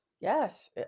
Yes